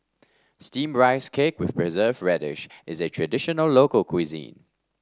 steamed Rice Cake with preserve radish is a traditional local cuisine